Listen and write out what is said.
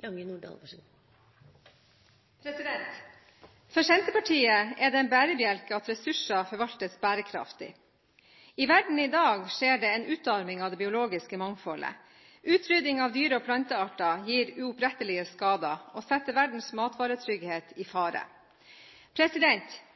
den grunn. For Senterpartiet er det en bærebjelke at ressurser forvaltes bærekraftig. I verden i dag skjer det en utarming av det biologiske mangfoldet. Utrydding av dyre- og plantearter gir uopprettelige skader og setter verdens matvaretrygghet i fare.